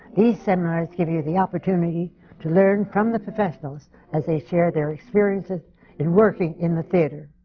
these seminars give you the opportunity to learn from the professionals as they share their experiences in working in the theatre.